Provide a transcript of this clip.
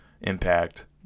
impact